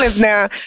now